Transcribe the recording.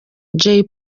jay